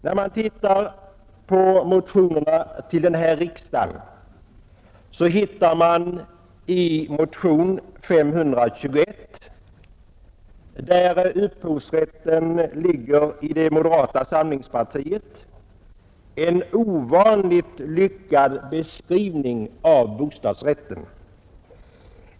När man tittar på motionerna till den här riksdagen, hittar man i motion 521 — upphovsrätten till den har moderata samlingspartiet — en ovanligt lyckad beskrivning av bostadsrätten.